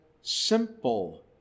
simple